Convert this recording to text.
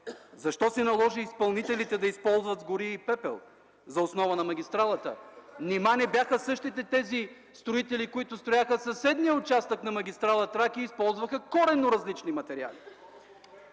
Защо се наложи изпълнителите да използват гори и пепел за основа на магистралата? Нима не бяха същите тези строители, които строяха съседния участък на магистрала „Тракия” и използваха коренно различни материали?!